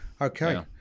Okay